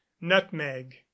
nutmeg